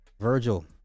Virgil